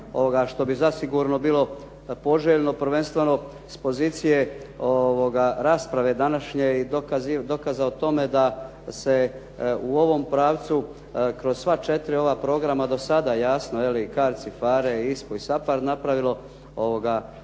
što bi zasigurno bilo poželjno, prvenstveno s pozicije rasprave današnje i dokaza o tome da se u ovom pravcu kroz sva četiri ova programa do sada, jasno CARDS i PHARE i ISPA-u i SAPARD napravilo jako